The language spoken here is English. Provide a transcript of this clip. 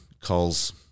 calls